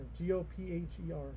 G-O-P-H-E-R